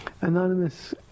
Anonymous